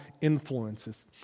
influences